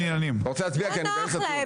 אתה רוצה להצביע?